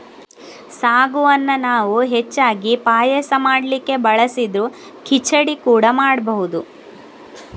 ಸಾಗುವನ್ನ ನಾವು ಹೆಚ್ಚಾಗಿ ಪಾಯಸ ಮಾಡ್ಲಿಕ್ಕೆ ಬಳಸಿದ್ರೂ ಖಿಚಡಿ ಕೂಡಾ ಮಾಡ್ಬಹುದು